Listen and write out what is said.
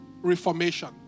reformation